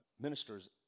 ministers